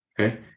okay